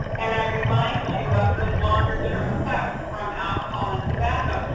and i remind you of those longer-term effects from alcohol and tobacco.